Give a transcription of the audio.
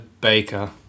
baker